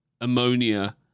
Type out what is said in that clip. ammonia